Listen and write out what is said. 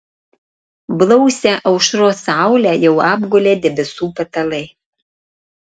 blausią aušros saulę jau apgulė debesų patalai